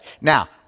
Now